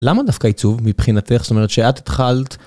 למה דווקא עיצוב מבחינתך, זאת אומרת שאת התחלת...